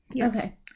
Okay